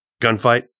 Gunfight